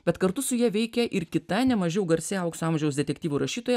bet kartu su ja veikia ir kita nemažiau garsi aukso amžiaus detektyvų rašytoja